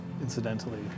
incidentally